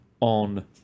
on